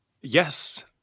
Yes